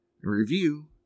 review